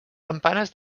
campanes